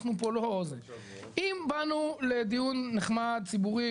אם באנו לדיון נחמד ציבורי,